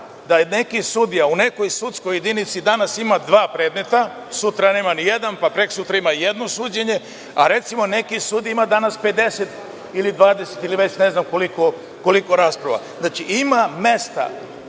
da neki sudija, u nekoj sudskoj jedinici danas ima dva predmeta, a sutra nema ni jedan, pa prekosutra ima jedno suđenje, a recimo neki sudija ima danas 50 ili 20, ili već ne znam koliko rasprava. Ima mesta